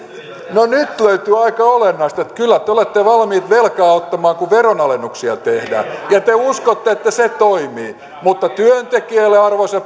no nyt löytyi aika olennaista kyllä te te olette valmiit velkaa ottamaan kun veronalennuksia tehdään ja te te uskotte että se toimii mutta työntekijöille